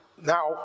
now